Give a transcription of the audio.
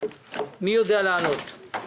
מי יודע לענות?